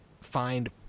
find